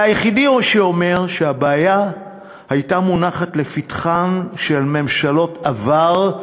אתה היחיד שאומר שהבעיה הייתה מונחת לפתחן של ממשלות עבר,